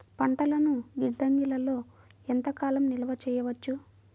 పంటలను గిడ్డంగిలలో ఎంత కాలం నిలవ చెయ్యవచ్చు?